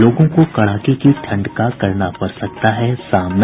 लोगों को कड़ाके की ठंड का करना पड़ सकता है सामना